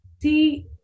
see